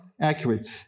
accurate